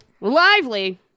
lively